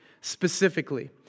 specifically